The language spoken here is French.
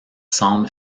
semble